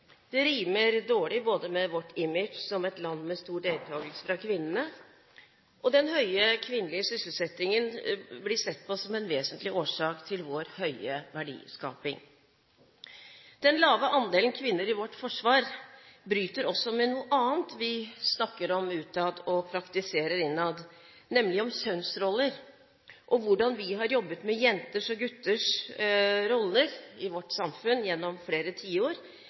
det norske forsvaret, befinner vi oss statistisk i nedre halvdel, både i Europa og i NATO. For mine kolleger fra andre land er dette ganske uforståelig. Det rimer dårlig med vårt image som et land med stor deltakelse fra kvinnene – den høye kvinnelige sysselsettingen blir sett på som en vesentlig årsak til vår høye verdiskaping. Den lave andelen kvinner i vårt forsvar bryter også med noe annet vi snakker om utad